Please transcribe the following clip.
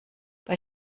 bei